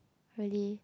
really